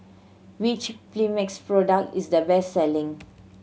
which Mepilex product is the best selling